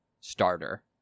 starter